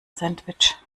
sandwich